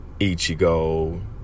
Ichigo